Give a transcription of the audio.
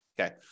Okay